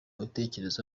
mitekerereze